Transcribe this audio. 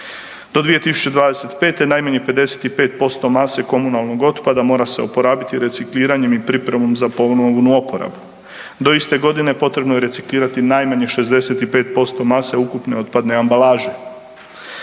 Do 2015. najmanje 55% mase komunalnog otpada mora se oporabiti recikliranjem i pripremom za ponovnu oporabu. Do iste godine potrebno je reciklirati najmanje 65% mase ukupne otpadne ambalaže.